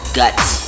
guts